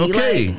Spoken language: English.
Okay